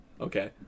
okay